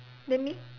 then me